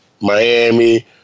Miami